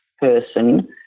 person